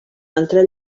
altre